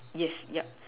yes yup